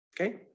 okay